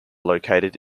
located